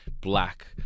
black